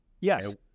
Yes